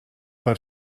per